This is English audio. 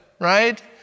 right